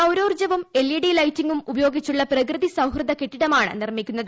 സൌരോർജ്ജവും L E D ലൈറ്റിംഗും ഉപയോഗിച്ചുള്ള പ്രകൃതി സൌഹൃദ കെട്ടിടമാണ് നിർമ്മിക്കുന്നത്